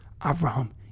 Avraham